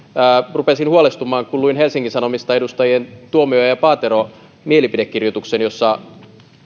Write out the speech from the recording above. rupesin huolestumaan kun luin helsingin sanomista edustajien tuomioja ja ja paatero mielipidekirjoituksen jossa